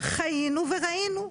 חיינו וראינו.